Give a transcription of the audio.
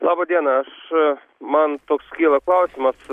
laba diena aš man toks kyla klausimas